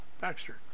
Baxter